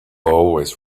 always